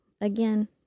Again